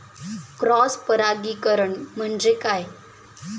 Cross परागीकरण म्हणजे काय?